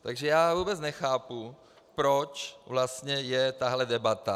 Takže vůbec nechápu, proč vlastně je tahle debata.